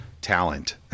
talent